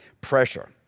pressure